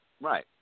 right